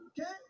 okay